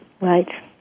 Right